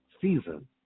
season